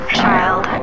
child